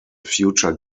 future